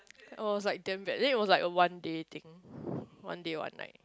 I was like damn bad then it was like a one day thing one day one night